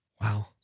Wow